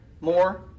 more